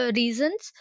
reasons